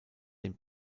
den